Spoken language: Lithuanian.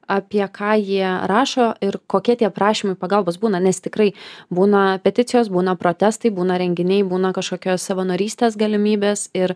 apie ką jie rašo ir kokie tie prašymai pagalbos būna nes tikrai būna peticijos būna protestai būna renginiai būna kažkokios savanorystės galimybės ir